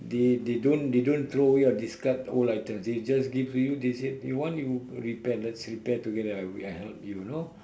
they they don't they don't throw away or discard old item they just give to you they said you want you repair let's repair together I'll I help you you know